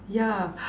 yeah